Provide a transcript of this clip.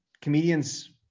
comedians